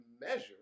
measure